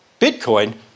Bitcoin